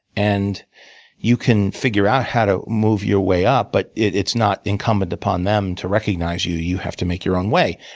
and you can figure out how to move your way up, but it's not incumbent upon them to recognize you. you have to make your own way.